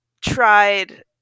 tried